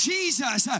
Jesus